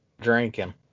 drinking